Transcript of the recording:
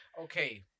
okay